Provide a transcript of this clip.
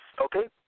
Okay